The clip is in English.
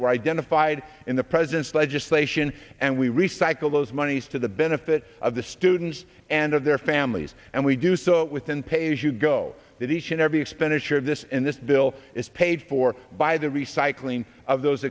were identified in the president's legislation and we recycle those monies to the benefit of the students and of their families and we do so with in pay as you go that each and every expenditure of this in this bill is paid for by the recycling of those